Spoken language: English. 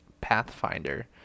Pathfinder